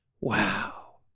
wow